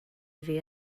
iddi